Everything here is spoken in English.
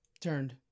Turned